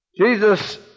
Jesus